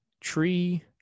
tree